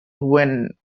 when